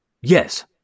Yes